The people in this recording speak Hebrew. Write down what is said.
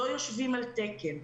לא יושבים על תקן.